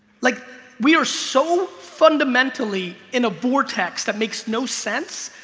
like we are so fundamentally in a vortex that makes no sense